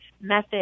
Method